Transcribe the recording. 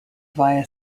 via